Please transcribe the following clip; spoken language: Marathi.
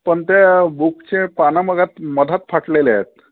पण ते बुकचे पानं मगात मधात फाटलेले आहेत